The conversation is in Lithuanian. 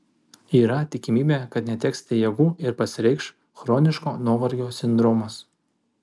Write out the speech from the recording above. yra tikimybė kad neteksite jėgų ir pasireikš chroniško nuovargio sindromas